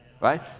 right